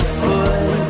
foot